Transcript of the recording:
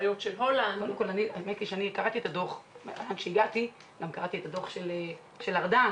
קראתי את הדו"ח וקראתי גם אתה דו"ח של ארדן,